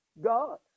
God